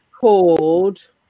called